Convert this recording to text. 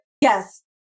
yes